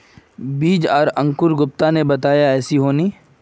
बीज आर अंकूर गुप्ता ने बताया ऐसी होनी?